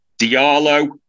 Diallo